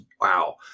wow